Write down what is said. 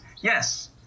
Yes